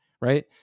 right